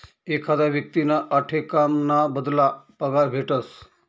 एखादा व्यक्तींना आठे काम ना बदला पगार भेटस